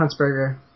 Huntsberger